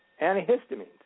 antihistamines